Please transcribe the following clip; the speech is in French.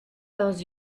leurs